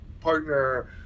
partner